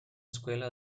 escuela